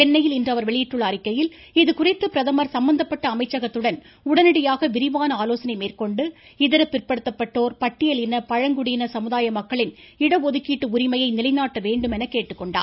சென்னையில் இன்று அவர் வெளியிட்டுள்ள அறிக்கையில் இதுகுறித்து பிரதமர் சம்பந்தப்பட்ட அமைச்சகத்துடன் உடனடியாக விரிவான ஆலோசனை மேற்கொண்டு இதர பிற்படுத்தப்பட்டோர் பட்டியலின பழங்குடியின சமுதாய மக்களின் இட ஒதுக்கீட்டு உரிமையை நிலைநாட்ட வேண்டும் என கேட்டுக்கொண்டார்